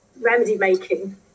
remedy-making